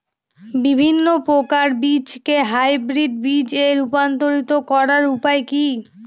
বিভিন্ন প্রকার বীজকে হাইব্রিড বীজ এ রূপান্তরিত করার উপায় কি?